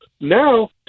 Now